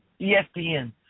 ESPN